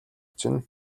чинь